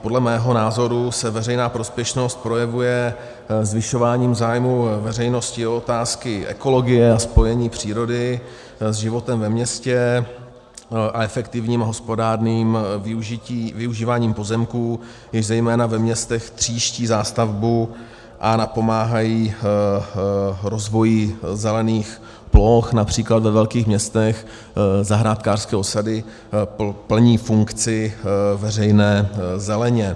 Podle mého názoru se veřejná prospěšnost projevuje zvyšováním zájmu veřejnosti o otázky ekologie a spojení přírody s životem ve městě a efektivním, hospodárným využíváním pozemků, jež zejména ve městech tříští zástavbu a napomáhají rozvoji zelených ploch, například ve velkých městech zahrádkářské osady plní funkci veřejné zeleně.